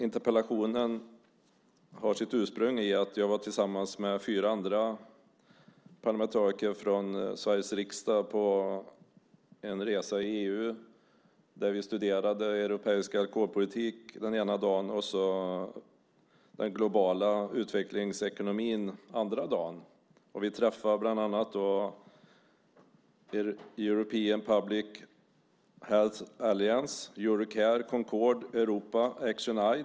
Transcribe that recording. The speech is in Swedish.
Interpellationen har sitt ursprung i att jag var tillsammans med fyra andra parlamentariker från Sveriges riksdag på en resa i EU där vi studerade europeisk alkoholpolitik den ena dagen och den globala utvecklingsekonomin den andra dagen. Vi träffade bland annat European Public Health Alliance, Eurocare, Concord Europe och Action Aid.